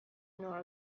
nor